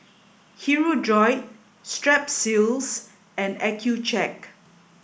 Hirudoid Strepsils and Accucheck